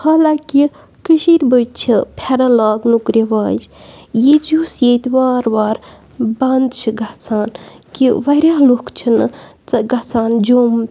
حالانٛکہِ کٔشیٖرِ منٛز چھِ پھٮ۪رَن لاگنُک رِواج ییٚتہِ یُس ییٚتہِ وارٕ وارٕ بَنٛد چھِ گَژھان کہِ واریاہ لُکھ چھِنہٕ ژٕ گژھان جوٚم